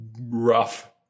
rough